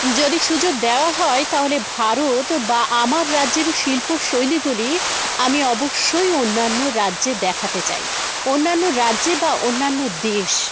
যদি সুযোগ দেওয়া হয় তাহলে ভারত বা আমার রাজ্যের শিল্প শৈলীগুলি আমি অবশ্যই অন্যান্য রাজ্যে দেখাতে চাই অন্যান্য রাজ্যে বা অন্যান্য দেশ